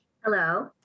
Hello